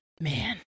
man